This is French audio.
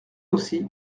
aussi